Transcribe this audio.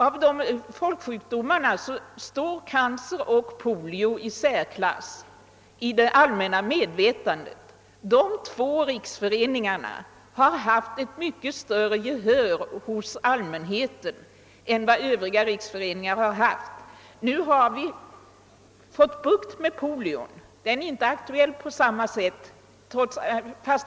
Bland folksjukdomarna står cancer och polio i särklass i det allmänna medvetandet. De två riksföreningarna avseende dessa sjukdomar har haft ett mycket större gehör hos allmänheten än Övriga riksföreningar. Nu har vi fått bukt med polion, och den sjukdomen är inte aktuell på samma sätt som tidigare.